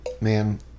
Man